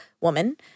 woman